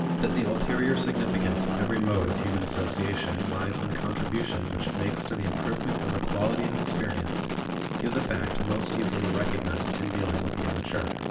that the ulterior significance of every mode of human association lies in the contribution which it makes to the improvement of the quality of experience is a fact most easily recognized in dealing with the immature.